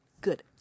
Good